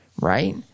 right